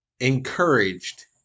encouraged